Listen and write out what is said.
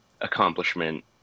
accomplishment